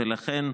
ולכן,